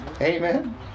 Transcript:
Amen